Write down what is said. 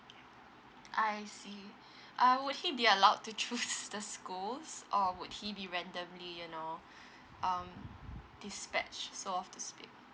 I see uh would he be allowed to choose the schools or would he be randomly you know um dispatch so to speak